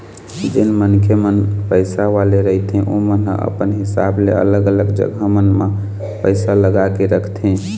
जेन मनखे मन पइसा वाले रहिथे ओमन ह अपन हिसाब ले अलग अलग जघा मन म पइसा लगा के रखथे